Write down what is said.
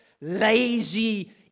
lazy